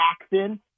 Jackson